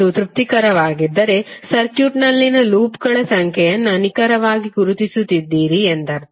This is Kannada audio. ಅದು ತೃಪ್ತಿಕರವಾಗಿದ್ದರೆ ಸರ್ಕ್ಯೂಟ್ನಲ್ಲಿನ ಲೂಪ್ಗಳ ಸಂಖ್ಯೆಯನ್ನು ನಿಖರವಾಗಿ ಗುರುತಿಸಿದ್ದೀರಿ ಎಂದರರ್ಥ